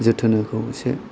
जोथोनखौ एसे